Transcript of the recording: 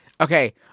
okay